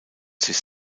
sich